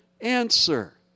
answer